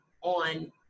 on